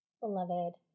Beloved